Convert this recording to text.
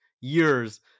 years